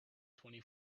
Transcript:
twenty